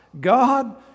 God